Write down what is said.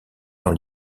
dans